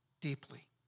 Deeply